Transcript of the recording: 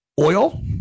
Oil